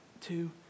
two